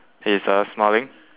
he is uh smiling